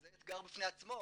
זה אתגר בפני עצמו,